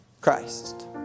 Christ